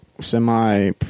semi